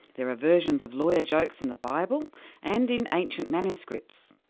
there are versions of lawyer jokes in the bible and in ancient manuscripts.